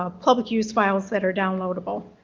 ah public use files that are downloadable.